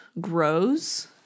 grows